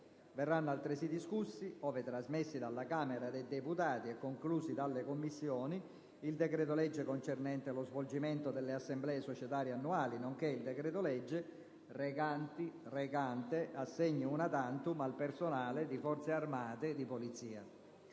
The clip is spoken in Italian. Verranno altresì discussi, ove trasmessi dalla Camera dei deputati e conclusi dalle Commissioni, il decreto-legge concernente lo svolgimento delle assemblee societarie annuali nonché il decreto-legge recante assegni *una tantum* al personale di Forze armate e di polizia.